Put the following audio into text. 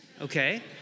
okay